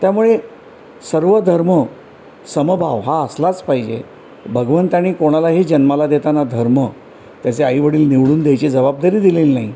त्यामुळे सर्वधर्मसमभाव हा असलाच पाहिजे भगवंताने कोणालाही जन्माला देताना धर्म त्याचे आईवडील निवडून द्यायची जबाबदारी दिलेली नाही